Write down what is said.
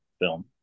film